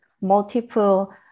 multiple